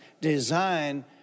design